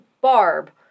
Barb